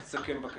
תסכם, בבקשה.